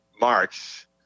march